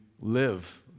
live